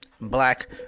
black